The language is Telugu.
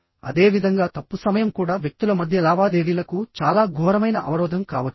అదేవిధంగా తప్పు సమయం కూడా వ్యక్తుల మధ్య లావాదేవీలకు చాలా ఘోరమైన అవరోధం కావచ్చు